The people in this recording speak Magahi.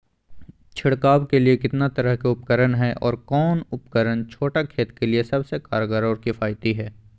छिड़काव के लिए कितना तरह के उपकरण है और कौन उपकरण छोटा खेत के लिए सबसे कारगर और किफायती है?